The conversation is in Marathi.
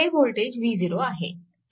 हे वोल्टेज v0 आहे